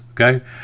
okay